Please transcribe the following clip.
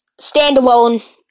standalone